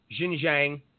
Xinjiang